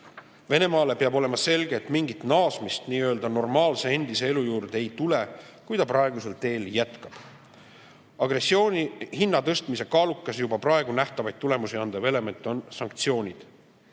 Venemaale peab olema selge, et mingit naasmist nii-öelda normaalse endise elu juurde ei tule, kui ta praegusel teel jätkab. Agressiooni hinna tõstmise kaalukas ja juba praegu nähtavaid tulemusi andev element on sanktsioonid.